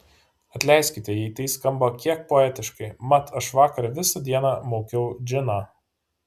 atleiskite jei tai skamba kiek poetiškai mat aš vakar visą dieną maukiau džiną